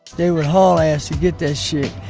they would haul ass to get that shit,